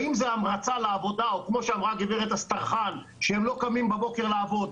האם זה המרצה לעבודה או כמו שאמרה גב' אסטרחן שהם לא קמים בבוקר לעבוד,